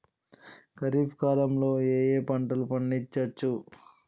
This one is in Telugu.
ఖరీఫ్ కాలంలో ఏ ఏ పంటలు పండించచ్చు?